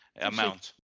amount